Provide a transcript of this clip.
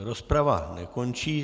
Rozprava nekončí.